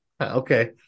Okay